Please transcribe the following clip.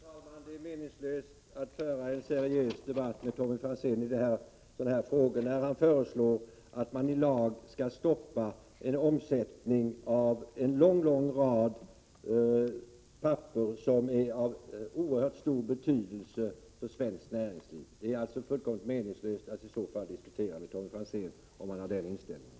Herr talman! Det är meningslöst att föra en seriös debatt med Tommy Franzén i sådana här frågor, när han föreslår att man i lag skall stoppa omsättningen av en lång rad värdepapper som är av oerhört stor betydelse för svenskt näringsliv. Om han har den inställningen är det fullständigt meningslöst att diskutera med Tommy Franzén.